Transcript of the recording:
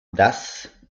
das